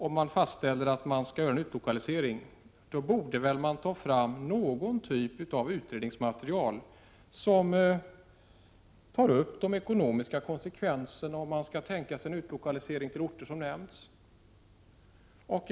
Om det fastställs att en utlokalisering skall ske borde ett utredningsmaterial tas fram, där de ekonomiska konsekvenserna av en utlokalisering till de orter som nämnts redovisas.